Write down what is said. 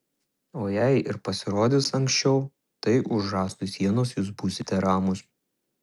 o jei ir pasirodys anksčiau tai už rąstų sienos jūs būsite ramūs